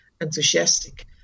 enthusiastic